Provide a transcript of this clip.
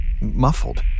Muffled